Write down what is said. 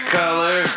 color